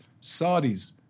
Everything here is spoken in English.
Saudi's